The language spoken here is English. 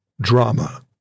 drama